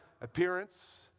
appearance